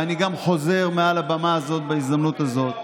ואני גם חוזר מעל הבמה הזאת בהזדמנות הזאת: